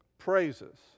praises